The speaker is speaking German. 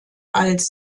als